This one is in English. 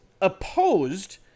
opposed